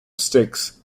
sticks